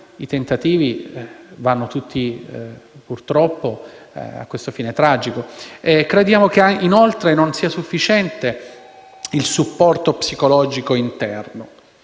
tentativi hanno tutti questa fine tragica. Crediamo inoltre che non sia sufficiente il supporto psicologico interno.